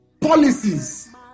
Policies